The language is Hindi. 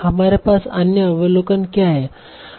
हमारे पास अन्य अवलोकन क्या है